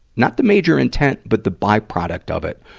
not the major intent, but the byproduct of it,